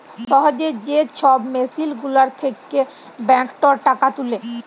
সহজে যে ছব মেসিল গুলার থ্যাকে ব্যাংকটর টাকা তুলে